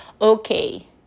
okay